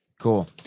Cool